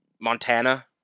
Montana